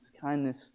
kindness